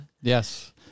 Yes